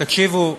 תקשיבו,